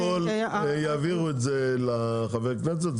קודם כל, יעבירו את זה לחברי הכנסת.